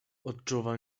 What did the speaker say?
odczuwał